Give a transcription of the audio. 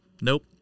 Nope